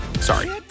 Sorry